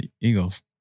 Eagles